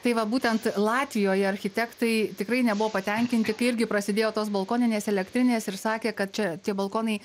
tai va būtent latvijoje architektai tikrai nebuvo patenkinti kai irgi prasidėjo tos balkoninės elektrinės ir sakė kad čia tie balkonai